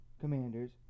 Commanders